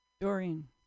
Doreen